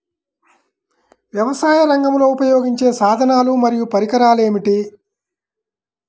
వ్యవసాయరంగంలో ఉపయోగించే సాధనాలు మరియు పరికరాలు ఏమిటీ?